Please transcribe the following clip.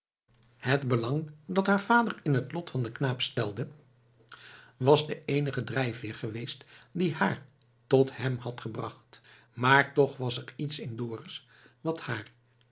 het belang dat haar vader in het lot van den knaap stelde was de eenige drijfveer geweest die haar tot hem had gebracht maar toch was er iets in dorus wat haar